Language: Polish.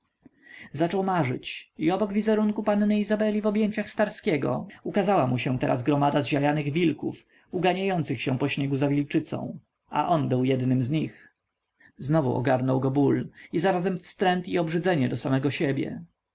zaczął marzyć i obok wizerunku panny izabeli w objęciach starskiego ukazała mu się teraz gromada zziajanych wilków uganiających się po śniegu za wilczycą a on był jednym z nich znowu ogarnął go ból a zarazem wstręt i obrzydzenie do samego siebie